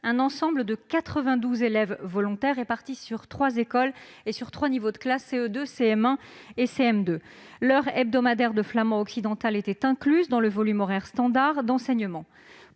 un ensemble de 92 élèves volontaires répartis entre trois écoles et trois niveaux de classe, CE2, CM1 et CM2. L'heure hebdomadaire de flamand occidental était incluse dans le volume horaire standard d'enseignement.